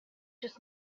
just